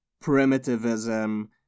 primitivism